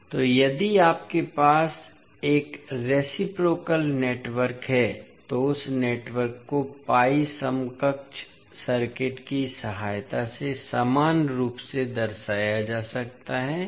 इसलिए यदि आपके पास एक रेसिप्रोकल नेटवर्क है तो उस नेटवर्क को पाई समकक्ष सर्किट की सहायता से समान रूप से दर्शाया जा सकता है